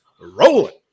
rolling